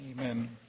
Amen